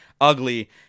ugly